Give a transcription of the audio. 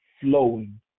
flowing